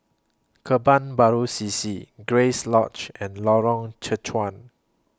Kebun Baru C C Grace Lodge and Lorong Chencharu